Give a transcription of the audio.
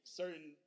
certain